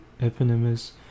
eponymous